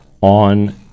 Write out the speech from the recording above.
on